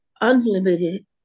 unlimited